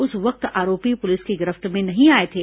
उस वक्त आरोपी पुलिस की गिरफ्त में नहीं आए थे